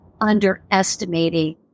underestimating